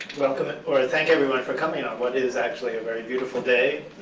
welcome or thank everyone for coming on what is actually a very beautiful day.